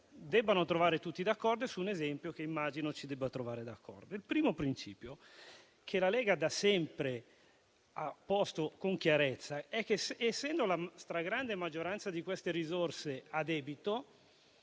debbano trovare tutti d'accordo e su un esempio che, analogamente, immagino ci debba trovare d'accordo. Il primo principio che la Lega da sempre ha posto con chiarezza è, che essendo la stragrande maggioranza di queste risorse a debito,